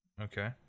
Okay